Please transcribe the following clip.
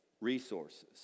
resources